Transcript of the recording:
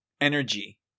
energy